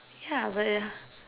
yeah but yeah